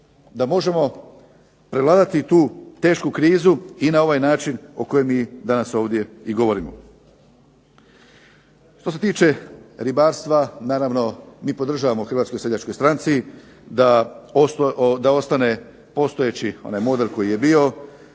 da možemo prevladati tu tešku krizu i na ovaj način o kojem mi danas ovdje i govorimo. Što se tiče ribarstva, naravno mi podržavamo u Hrvatskoj seljačkoj stranci da ostane postojeći onaj model koji je bio